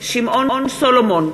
שמעון סולומון,